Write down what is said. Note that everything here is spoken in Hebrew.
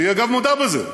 היא אגב מודה בזה,